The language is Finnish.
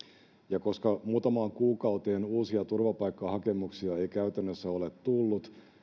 ja koska muutamaan kuukauteen uusia turvapaikkahakemuksia ei käytännössä ole tullut